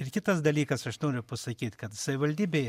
ir kitas dalykas aš noriu pasakyt kad savivaldybėj